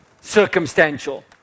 circumstantial